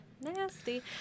nasty